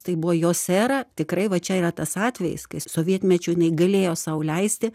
tai buvo jos era tikrai va čia yra tas atvejis kai sovietmečiu jinai galėjo sau leisti